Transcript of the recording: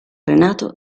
renato